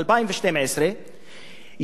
2012,